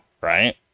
right